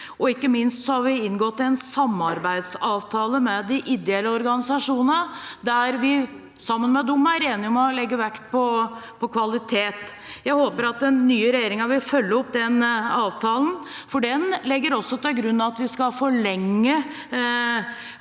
ikke minst har vi inngått en samarbeidsavtale med de ideelle organisasjonene der vi er enige om å legge vekt på kvalitet. Jeg håper at den nye regjeringen vil følge opp den avtalen, for den legger også til grunn at vi skal forlenge